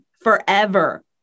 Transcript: forever